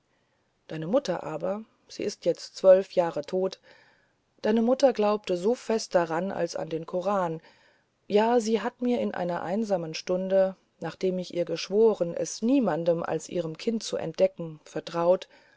deine mutter aber sie ist jetzt zwölf jahre tot deine mutter glaubte so fest daran als an den koran ja sie hat mir in einer einsamen stunde nachdem ich ihr geschworen es niemand als ihrem kind zu entdecken vertraut